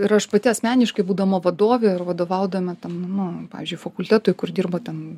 ir aš pati asmeniškai būdama vadove ir vadovaudama tam nu pavyzdžiui fakultetui kur dirba ten